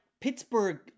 Pittsburgh